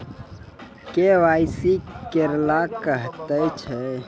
KYC केकरा कहैत छै?